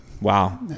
Wow